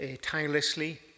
tirelessly